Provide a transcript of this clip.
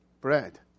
bread